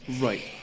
right